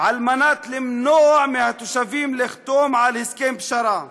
על מנת למנוע מהתושבים לחתום על הסכם פשרה,